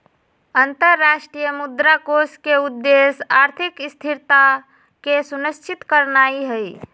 अंतरराष्ट्रीय मुद्रा कोष के उद्देश्य आर्थिक स्थिरता के सुनिश्चित करनाइ हइ